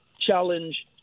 challenge